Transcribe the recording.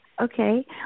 Okay